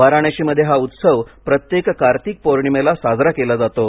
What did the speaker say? वाराणशीमध्ये हा उत्सव प्रत्येक कार्तिक पौर्णिमेला साजरा केला जातो